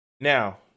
Now